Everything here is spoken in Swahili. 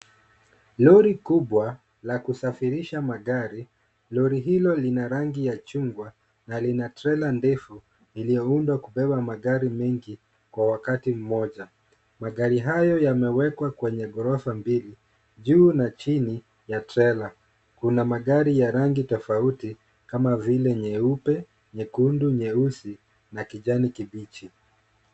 Lori kubwa, la kusafirisha magari. Lori hilo lina rangi ya chungwa na lina trela ndefu iliyoundwa kubeba magari mengi kwa wakati mmoja. Magari hayo yamewekwa kwenye ghorofa mbili. Juu na chini ya trela, kuna magari ya rangi tofauti kama vile nyeupe, nyekundu, nyeusi, na kijani kibichi.